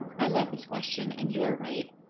i love this question and you are right.